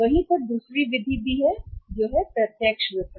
वहाँ दूसरा है विधि भी है कि प्रत्यक्ष विपणन